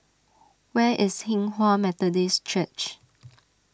where is Hinghwa Methodist Church